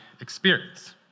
experience